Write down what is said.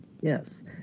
Yes